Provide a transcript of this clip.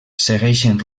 segueixen